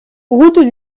route